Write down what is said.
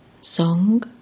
Song